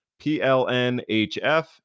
PLNHF